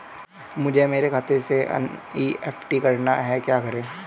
मेरे खाते से मुझे एन.ई.एफ.टी करना है क्या करें?